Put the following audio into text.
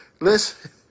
Listen